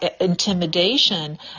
intimidation